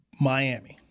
Miami